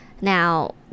now